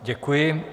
Děkuji.